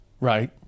Right